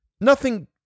Nothing